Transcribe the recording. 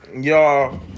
Y'all